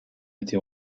été